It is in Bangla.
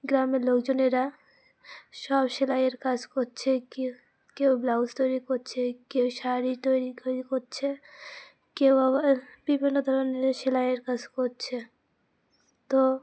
গ্রামের লোকজনেরা সব সেলাইয়ের কাজ করছে কেউ কেউ ব্লাউজ তৈরি করছে কেউ শাড়ি তৈরিরি করছে কেউ আবার বিভিন্ন ধরনের সেলাইয়ের কাজ করছে তো